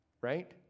Right